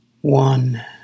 one